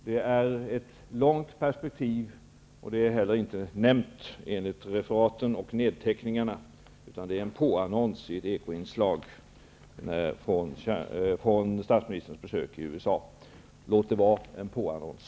De gäller ett långt perspektiv, och de är inte heller nämnda enligt referaten och anteckningarna. Det var en påannons i ett Ekoinslag från statsministerns besök i USA. Låt det förbli en påannons!